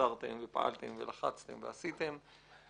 ועזרתם ופעלתם ולחצתם ועשיתם.